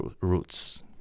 roots